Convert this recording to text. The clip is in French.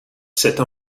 cette